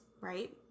right